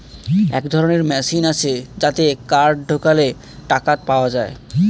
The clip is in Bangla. এক ধরনের মেশিন আছে যাতে কার্ড ঢোকালে টাকা পাওয়া যায়